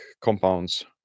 compounds